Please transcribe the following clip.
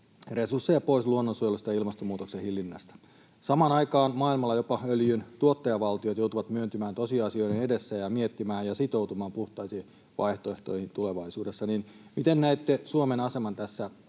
resursseja pois luonnonsuojelusta ja ilmastonmuutoksen hillinnästä. Kun samaan aikaan maailmalla jopa öljyntuottajavaltiot joutuvat myöntymään tosiasioiden edessä ja miettimään ja sitoutumaan puhtaisiin vaihtoehtoihin tulevaisuudessa, niin miten näette Suomen aseman tässä